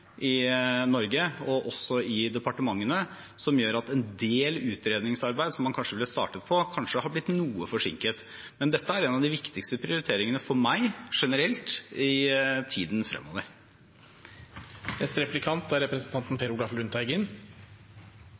en del utredningsarbeid som man kanskje ville ha startet på, kanskje er blitt noe forsinket. Men dette er en av de viktigste prioriteringene for meg, generelt, i tiden fremover. Jeg merket meg statsrådens start på innlegget, hvor han sa veldig tydelig at det er